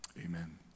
Amen